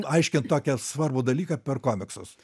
aiškint tokią svarbų dalyką per komiksus